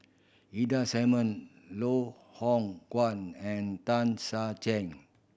Ida Simmon Loh Hoong Kwan and Tan Ser Chen